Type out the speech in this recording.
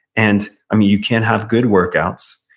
and i mean you can't have good workouts,